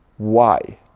why?